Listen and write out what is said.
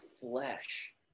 flesh